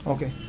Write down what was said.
Okay